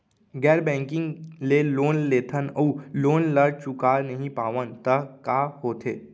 गैर बैंकिंग ले लोन लेथन अऊ लोन ल चुका नहीं पावन त का होथे?